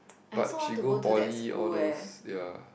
but she go poly all those ya